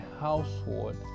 household